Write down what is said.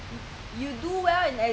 cherish the toy okay